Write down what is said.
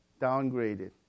downgraded